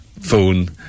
phone